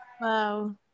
Wow